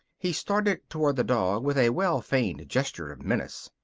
he started toward the dog with a well-feigned gesture of menace.